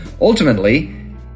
ultimately